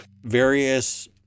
various